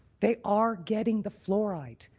they are getting the fluoride.